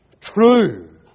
True